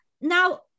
now